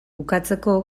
bukatzeko